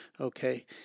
Okay